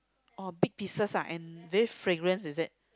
oh big pieces ah and very fragrance is it